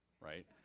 right